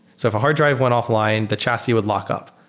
so if a hard drive went offline, the chassis would lock up.